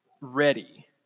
ready